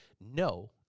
No